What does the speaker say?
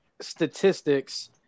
statistics